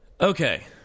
okay